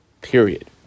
period